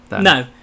No